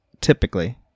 typically